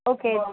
okay